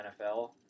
NFL